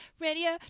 radio